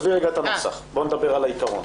העיקרון